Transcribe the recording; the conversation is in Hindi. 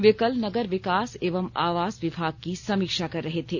वे कल नगर विकास एवं आवास विभाग की समीक्षा कर रहे थे